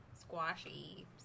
Squashy